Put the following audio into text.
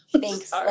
Thanks